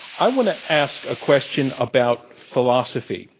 i want to ask a question about philosophy.